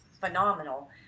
phenomenal